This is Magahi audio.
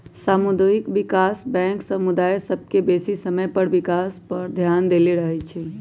सामुदायिक विकास बैंक समुदाय सभ के बेशी समय तक विकास पर ध्यान देले रहइ छइ